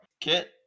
Kit